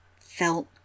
felt